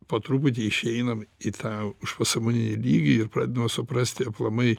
po truputį išeinam į tą užpasąmoninį lygį ir pradedam suprast aplamai